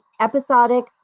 episodic